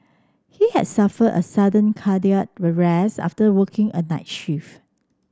he had suffered a sudden cardiac arrest after working a night shift